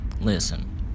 Listen